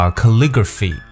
calligraphy